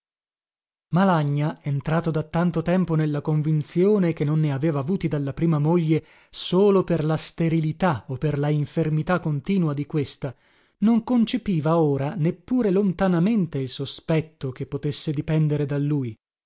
e niente figliuoli malagna entrato da tanto tempo nella convinzione che non ne aveva avuti dalla prima moglie solo per la sterilità o per la infermità continua di questa non concepiva ora neppur lontanamente il sospetto che potesse dipender da lui